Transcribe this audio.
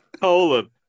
Colon